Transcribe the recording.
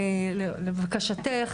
לבקשתך,